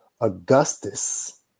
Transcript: Augustus